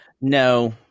No